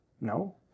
No